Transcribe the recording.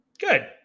Good